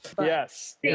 Yes